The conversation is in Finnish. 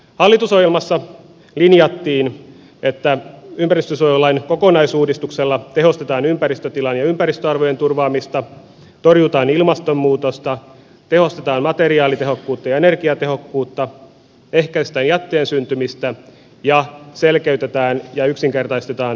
hallitusohjelmassa linjattiin että ympäristönsuojelulain kokonaisuudistuksella tehostetaan ympäristötilan ja ympäristöarvojen turvaamista torjutaan ilmastonmuutosta tehostetaan materiaalitehokkuutta ja energiatehokkuutta ehkäistään jätteen syntymistä ja selkeytetään ja yksinkertaistetaan lupahallintoa